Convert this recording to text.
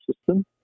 system